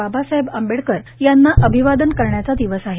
बाबासाहेब आंबेडकर यांना अभिवादन करण्याचा दिवस आहे